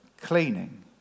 cleaning